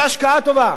זה השקעה טובה.